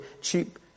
cheap